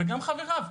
וגם חבריו.